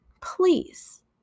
please